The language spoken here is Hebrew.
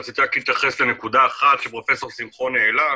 רציתי רק להתייחס לנקודה אחת שפרופ' שמחון העלה,